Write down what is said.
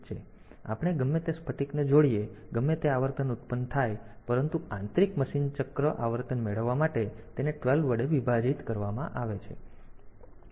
તેથી આપણે ગમે તે સ્ફટિકને જોડીએ ગમે તે આવર્તન ઉત્પન્ન થાય પરંતુ આંતરિક મશીન ચક્ર આવર્તન મેળવવા માટે તેને 12 વડે વિભાજિત કરવામાં આવે છે